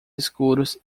escuros